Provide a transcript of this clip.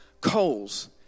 coals